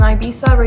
Ibiza